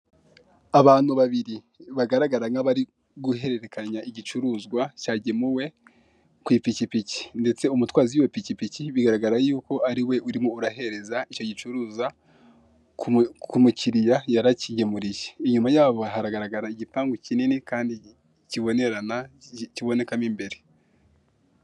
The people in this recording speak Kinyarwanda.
Abantu babiri bagaragara nk'abari guhererekanya igicuruzwa, cyagemuwe ku ipikipiki, ndetse umutwa w'iyo pikipiki bigaragara yuko ariwe urimo urahereza icyo gicuruza ku mukiriya yarakigemuriye. Inyuma yabo hagaragara igipangu kinini kandi kibonerana kiboneka mo imbere.